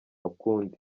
ukundi